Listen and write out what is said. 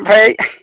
ओमफ्राय